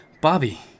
Bobby